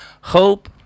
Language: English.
Hope